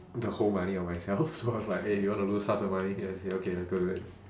the whole money on myself so I was like eh you want to lose half the money here okay then good good